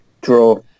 Draw